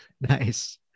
nice